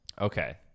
Okay